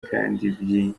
kandi